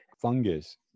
fungus